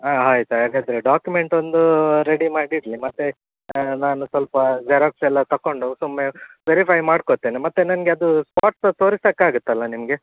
ಹಾಂ ಆಯ್ತು ಹಾಗಾದರೆ ಡಾಕ್ಯುಮೆಂಟ್ ಒಂದೂ ರೆಡಿ ಮಾಡಿಡಲಿ ಮತ್ತು ನಾನು ಸ್ವಲ್ಪಾ ಜೆರಾಕ್ಸ್ ಎಲ್ಲ ತಗೊಂಡು ಸುಮ್ಮನೆ ವೈರಿಫೈ ಮಾಡ್ಕೋತೇನೆ ಮತ್ತು ನನಗೆ ಅದೂ ಸ್ಪಾಟ್ಸ್ ತೋರಿಸೋಕ್ ಆಗತ್ತಲ್ಲ ನಿಮ್ಗೆ